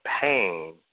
pain